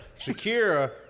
Shakira